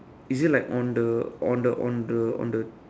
is it like on the on the on the on the